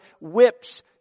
whips